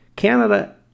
Canada